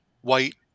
white